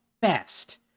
best